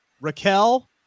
Raquel